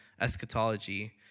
eschatology